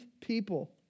people